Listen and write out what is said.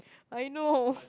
I know